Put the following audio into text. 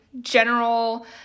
General